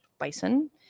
Bison